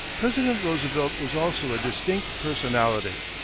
president roosevelt was also a distinct personality.